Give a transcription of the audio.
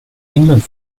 england